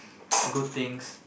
good things